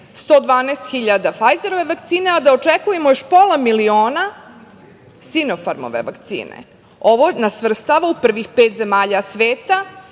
112.000 "Fajzerove" vakcine, a da očekujemo još pola miliona "Sinofarm" vakcine. Ovo nas svrstava u prvih pet zemalja sveta